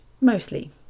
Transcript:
Mostly